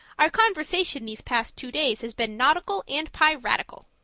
our conversation these past two days has been nautical and piratical.